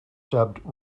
dubbed